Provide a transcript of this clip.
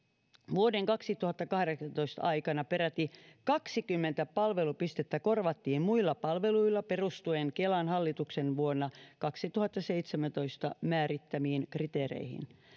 vuoden kaksituhattakahdeksantoista aikana peräti kaksikymmentä palvelupistettä korvattiin muilla palveluilla perustuen kelan hallituksen vuonna kaksituhattaseitsemäntoista määrittämiin kriteereihin